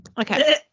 Okay